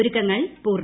ഒരുക്കങ്ങൾ പൂർണം